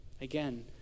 Again